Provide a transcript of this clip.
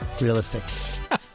realistic